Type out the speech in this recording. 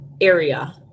area